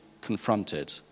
confronted